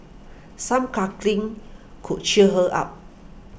some cuddling could cheer her up